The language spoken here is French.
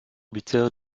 buteur